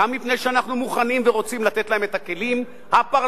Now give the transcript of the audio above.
וגם מפני שאנחנו מוכנים ורוצים לתת להם את הכלים הפרלמנטרים,